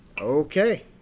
Okay